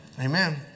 Amen